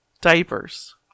Diapers